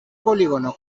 polígono